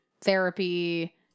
therapy